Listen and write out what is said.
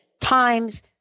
times